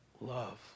love